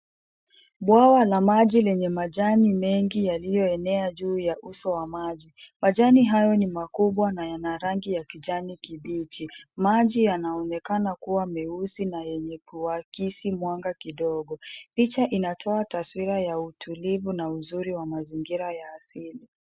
Bwawa la maji lenye majani mengi yaliyoenea juu ya uso wa maji. Majani hayo ni makubwa na yana rangi ya kijani kibichi. Maji yanaonekana kuwa meusi na yenye kuakisi mwanga kidogo. Picha inatoa taswira ya utulivu na uzuri wa mazingira ya asili.